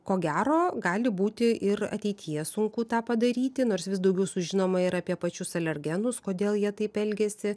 ko gero gali būti ir ateityje sunku tą padaryti nors vis daugiau sužinoma ir apie pačius alergenus kodėl jie taip elgiasi